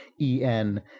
en